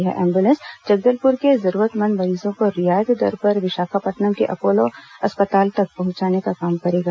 यह एंब्लेंस जगदलपुर के जरूरतमंद मरीजों को रियायत दर पर विशाखापट्नम के अपोलो अस्पताल तक पहुंचाने का काम करेगा